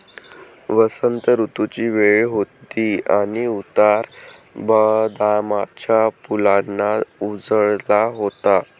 वसंत ऋतूची वेळ होती आणि उतार बदामाच्या फुलांनी उजळला होता